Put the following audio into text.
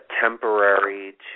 Temporary